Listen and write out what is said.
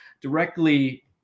directly